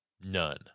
None